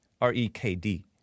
R-E-K-D